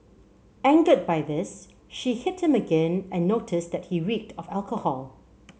angered by this she hit him again and noticed that he reeked of alcohol